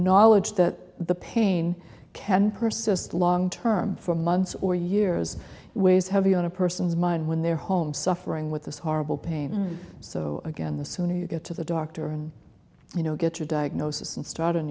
knowledge that the pain can persist long term for months or years weighs heavy on a person's mind when they're home suffering with this horrible pain so again the sooner you get to the doctor and you know get your diagnosis and start on